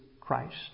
Christ